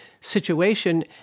situation